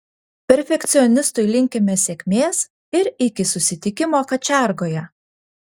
perfekcionistui linkime sėkmės ir iki susitikimo kačiargoje